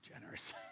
generous